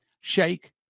Shake